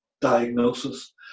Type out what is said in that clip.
diagnosis